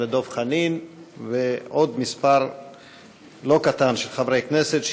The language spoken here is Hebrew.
ודב חנין ועוד מספר לא קטן של חברי כנסת,